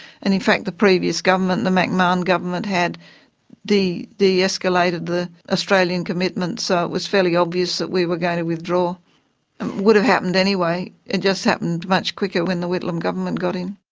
and in fact the previous government, the mcmahon government had deescalated the australian commitment, so it was fairly obvious that we were going to withdraw. it would have happened anyway, it just happened much quicker when the whitlam government got in.